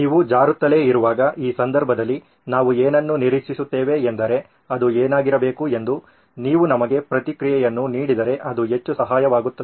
ನೀವು ಜಾರುತ್ತಲೇ ಇರುವಾಗ ಈ ಸಂದರ್ಭದಲ್ಲಿ ನಾವು ಏನನ್ನು ನಿರೀಕ್ಷಿಸುತ್ತೇವೆ ಎಂದರೆ ಅದು ಏನಾಗಿರಬೇಕು ಎಂದು ನೀವು ನಮಗೆ ಪ್ರತಿಕ್ರಿಯೆಯನ್ನು ನೀಡಿದರೆ ಅದು ಹೆಚ್ಚು ಸಹಾಯಕವಾಗುತ್ತದೆ